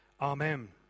Amen